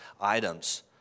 items